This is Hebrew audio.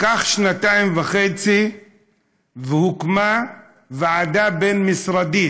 לקח שנתיים וחצי והוקמה ועדה בין-משרדית,